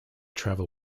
travel